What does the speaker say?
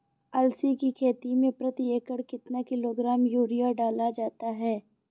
अलसी की खेती में प्रति एकड़ कितना किलोग्राम यूरिया डाला जाता है?